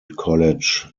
college